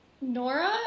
Nora